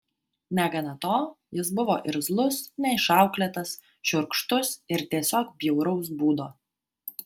negana to jis buvo irzlus neišauklėtas šiurkštus ir tiesiog bjauraus būdo